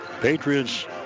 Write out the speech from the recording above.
Patriots